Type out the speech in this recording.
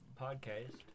podcast